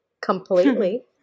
completely